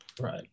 Right